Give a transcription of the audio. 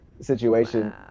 situation